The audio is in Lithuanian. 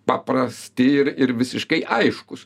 paprasti ir ir visiškai aiškūs